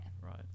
right